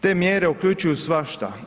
Te mjere uključuju svašta.